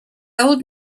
old